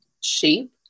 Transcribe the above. shape